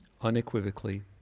unequivocally